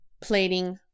plating